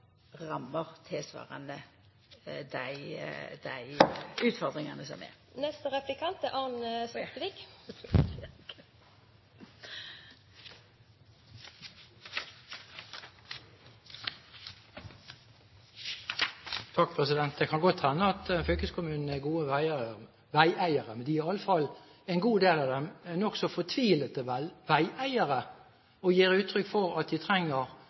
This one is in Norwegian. rammer tilsvarande dei utfordringane som er. Det kan godt hende at fylkeskommunene er gode veieiere, men de er, iallfall en god del av dem, nokså fortvilte veieiere. De gir uttrykk for at de trenger